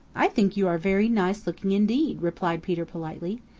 i think you are very nice looking indeed, replied peter politely.